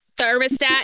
thermostat